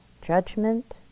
judgment